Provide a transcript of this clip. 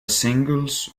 singles